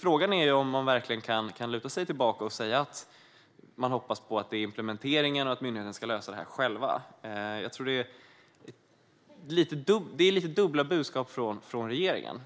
Frågan är om man verkligen kan luta sig tillbaka och säga att man hoppas på implementeringen och att myndigheterna ska lösa det här själva. Det är lite dubbla budskap från regeringen.